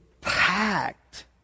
packed